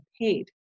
paid